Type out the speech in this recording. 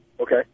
Okay